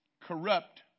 corrupt